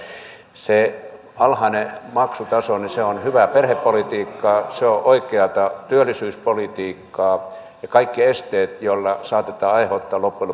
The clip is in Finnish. se alhainen maksutaso on hyvää perhepolitiikkaa se on oikeata työllisyyspolitiikkaa ja jos mietitään kaikkia esteitä joilla saatetaan aiheuttaa loppujen